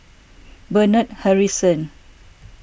Bernard Harrison